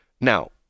now